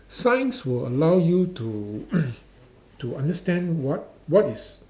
science will allow you to to understand what what is